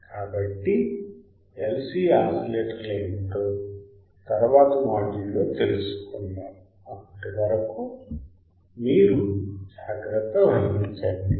కాబట్టి LC ఆసిలేటర్లు ఏమిటో తదుపరి మాడ్యూల్లో తెలుసుకుందాం అప్పటి వరకు మీరు జాగ్రత్త వహించండి